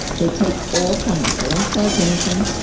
they take all comers. they don't charge anything.